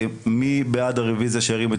הוראת שעה,